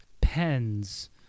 pens